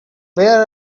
where